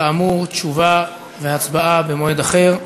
כאמור, תשובה והצבעה במועד אחר.